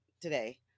today